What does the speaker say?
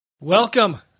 Welcome